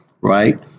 right